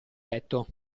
letto